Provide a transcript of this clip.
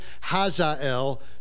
Hazael